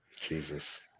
jesus